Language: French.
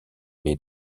lait